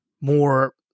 more